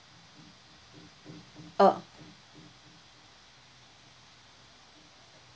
uh